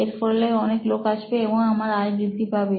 এর ফলে অনেক লোক আসবে এবং আমার আয় বৃদ্ধি পাবে